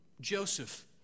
Joseph